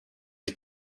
ich